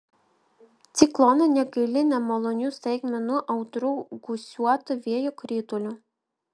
ciklonai negaili nemalonių staigmenų audrų gūsiuoto vėjo kritulių